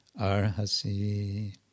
arhasi